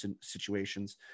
situations